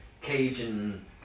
Cajun